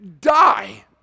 die